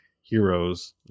heroes